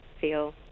feel